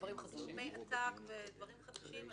סכומי עתק ודברים חדשים,